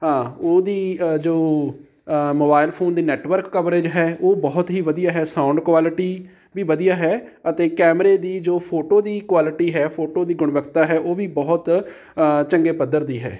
ਉਹਦੀ ਜੋ mobile phone ਦੀ ਨੈਟਵਰਕ ਕਵਰੇਜ ਹੈ ਉਹ ਬਹੁਤ ਹੀ ਵਧੀਆ ਹੈ ਸਾਊਂਡ ਕੁਆਲਿਟੀ ਵੀ ਵਧੀਆ ਹੈ ਅਤੇ ਕੈਮਰੇ ਦੀ ਜੋ ਫੋਟੋ ਦੀ ਕੁਆਲਿਟੀ ਹੈ ਫੋਟੋ ਦੀ ਗੁਣਵੱਤਾ ਹੈ ਉਹ ਵੀ ਬਹੁਤ ਚੰਗੇ ਪੱਧਰ ਦੀ ਹੈ